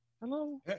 Hello